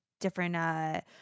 different